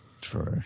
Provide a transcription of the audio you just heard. True